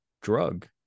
drug